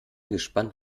gespannt